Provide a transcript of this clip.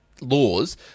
laws